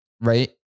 Right